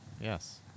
yes